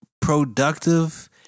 productive